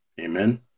Amen